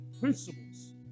principles